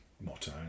motto